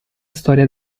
storia